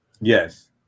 yes